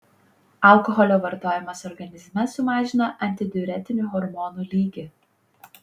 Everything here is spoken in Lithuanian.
alkoholio vartojimas organizme sumažina antidiuretinių hormonų lygį